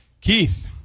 Keith